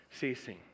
ceasing